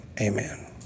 amen